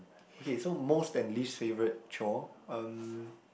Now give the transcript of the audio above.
okay so most and least favourite chore um